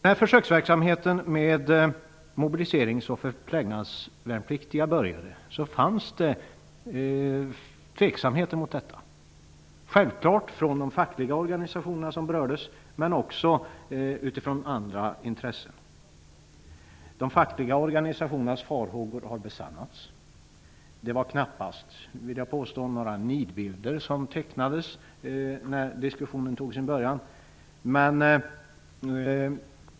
När försökverksamheten med mobiliserings och förplägnadsvärnpliktiga började fanns det tveksamheter mot detta, bl.a. från de fackliga organisationerna som berördes, men även från andra intressen. De fackliga organisationernas farhågor har besannats. Det var knappast några nidbilder som tecknades när diskussionen tog sin början.